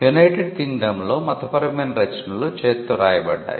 United Kingdom లో మతపరమైన రచనలు చేతితో రాయబడ్డాయి